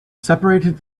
separated